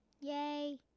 Yay